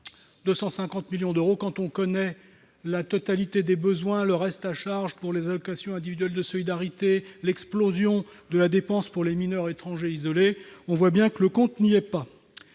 150 millions d'euros. Quand on connaît la totalité des besoins, le reste à charge pour les allocations individuelles de solidarité et l'explosion de la dépense pour les mineurs étrangers isolés, on voit bien que le compte n'y est pas